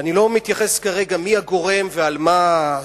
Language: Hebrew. ואני לא מתייחס כרגע מי הגורם ועל מה זה,